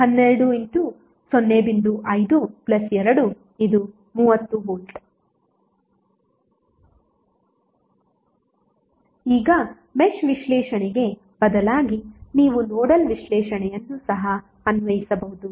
5230V ನೋಡಿ slide ಸಮಯ 2455 ಈಗ ಮೆಶ್ ವಿಶ್ಲೇಷಣೆಗೆ ಬದಲಾಗಿ ನೀವು ನೋಡಲ್ ವಿಶ್ಲೇಷಣೆಯನ್ನು ಸಹ ಅನ್ವಯಿಸಬಹುದು